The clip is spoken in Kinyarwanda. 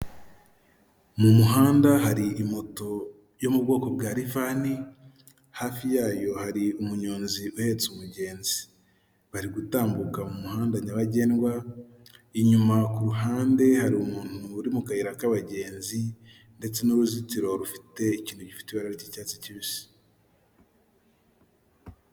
Mu muhanda hari imoto yo mu bwoko bwa rifani, hafi yayo hari umunyonzi uhetse umugenzi, bari gutambuka mu muhanda nyabagendwa, inyuma ku ruhande hari umuntu uri mu kayira k'abagenzi ndetse n'uruzitiro rufite ikintu gifite ibara ry'icyatsi kibisi.